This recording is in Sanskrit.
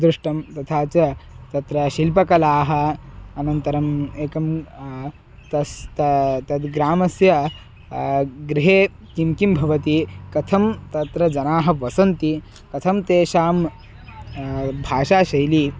दृष्टं तथा च तत्र शिल्पकलाः अनन्तरम् एकं तस्य तद् तद् ग्रामस्य गृहे किं किं भवति कथं तत्र जनाः वसन्ति कथं तेषां भाषाशैली